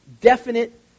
definite